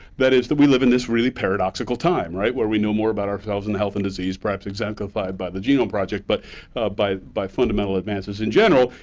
that is, that we live in this really paradoxical time, right? where we know more about ourselves and health and disease, perhaps exemplified by the genome project, but by by fundamental advances in general,